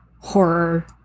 horror